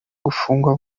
gufungwa